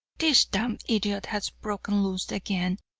this damned idiot has broken loose again,